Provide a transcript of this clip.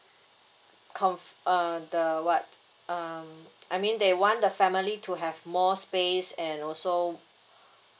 comf~ uh the what um I mean they want the family to have more space and also